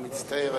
אני מצטער.